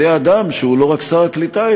על-ידי אדם שהוא לא רק שר הקליטה,